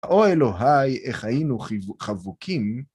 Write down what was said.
או אלוהי, איך היינו חיבוק... חבוקים.